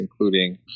including